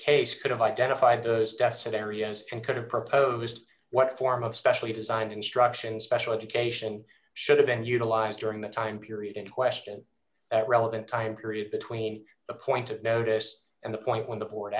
case could have identified those deficit areas and could have proposed what form of specially designed instruction special education should have been utilized during the time period in question at relevant time period between the point of notice and the point when the board